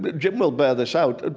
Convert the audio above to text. but jim will bear this out,